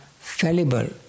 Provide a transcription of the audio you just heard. fallible